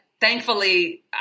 Thankfully